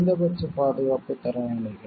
குறைந்தபட்ச பாதுகாப்பு தரநிலைகள்